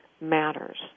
matters